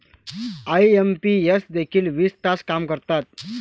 IMPS देखील वीस तास काम करतात?